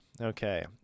okay